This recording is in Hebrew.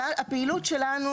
הפעילות שלנו